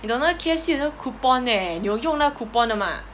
你懂那个 K_F_C 有那个 coupon leh 你有用那个 coupon 的 mah